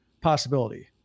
possibility